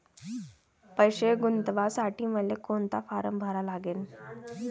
पैसे गुंतवासाठी मले कोंता फारम भरा लागन?